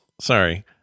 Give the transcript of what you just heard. Sorry